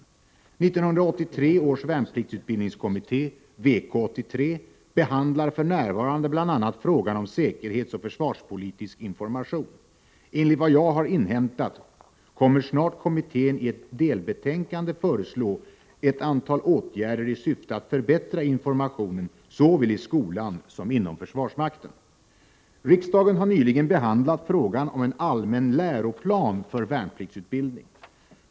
1983 års värnpliktsutbildningskommitté, VK-83, behandlar för närvarande bl.a. frågan om säkerhetsoch försvarspolitisk information. Enligt vad jag har inhämtat kommer snart kommittén att i ett delbetänkande föreslå ett antal åtgärder i syfte att förbättra informationen såväl i skolan som inom försvarsmakten. Riksdagen har nyligen behandlat frågan om en allmän läroplan för värnpliktsutbildning.